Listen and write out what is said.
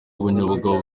akanyabugabo